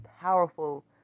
powerful